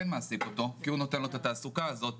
מעסיק אותו כי הוא נותן לו את התעסוקה הזאת